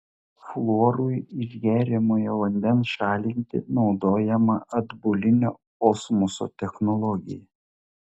fluorui iš geriamojo vandens šalinti naudojama atbulinio osmoso technologija